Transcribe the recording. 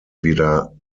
wieder